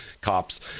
cops